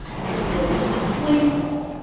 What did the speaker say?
and his playful,